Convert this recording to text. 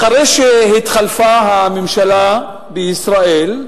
אחרי שהתחלפה הממשלה בישראל,